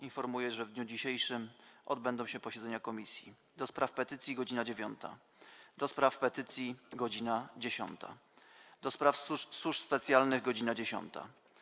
Informuję, że w dniu dzisiejszym odbędą się posiedzenia Komisji: - do Spraw Petycji - godz. 9, - do Spraw Petycji - godz. 10, - do Spraw Służb Specjalnych - godz. 10,